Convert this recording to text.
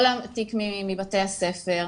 כל התיק מבתי הספר,